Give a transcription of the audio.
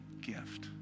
gift